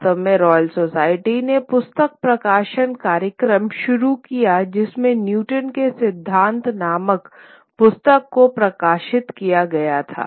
वास्तव में Royal Society ने पुस्तक प्रकाशन कार्यक्रम शुरू किया जिसमें न्यूटन के सिद्धांत नामक पुस्तक को प्रकाशित किया गया था